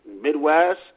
Midwest